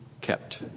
kept